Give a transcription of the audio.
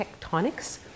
tectonics